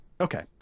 Okay